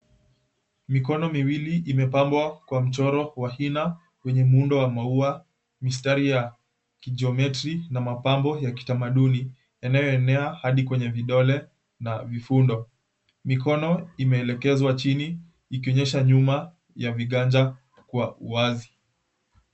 Mikono miwili imepambwa kwa mchoro wa hina, wenye muundo wa maua, mistari ya kijiometri na mapambo ya kitamaduni, yanayoenea hadi kwenye vidole na vifundo. Mikono imeelekezwa chini, ikionyesha nyuma ya viganja wazi.